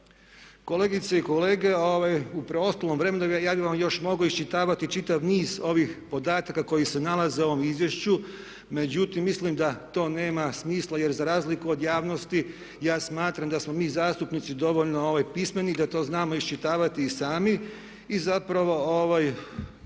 Kolegice i kolege u preostalom vremenu ja bih vam još mogao iščitavati čitav niz ovih podataka koji se nalaze u ovom izvješću. Međutim mislim da to nema smisla jer za razliku od javnosti ja smatram da smo mi zastupnici dovoljno pismeni da to znamo iščitavati i sami. I zapravo